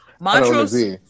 Montrose